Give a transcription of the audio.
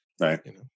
Right